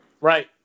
Right